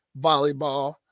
volleyball